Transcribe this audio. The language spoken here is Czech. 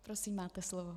Prosím, máte slovo.